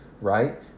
right